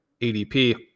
ADP